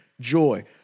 joy